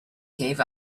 gave